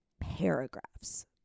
Paragraphs